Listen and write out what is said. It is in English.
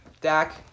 Dak